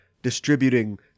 distributing